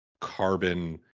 carbon